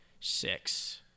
six